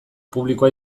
publikoa